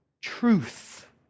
Truth